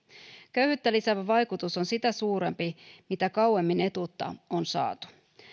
köyhyyttä lisäävä vaikutus on sitä suurempi mitä kauemmin etuutta on saatu